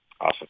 Awesome